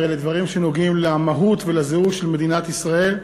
הרי אלה דברים שנוגעים במהות והזהות של מדינת ישראל.